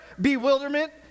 bewilderment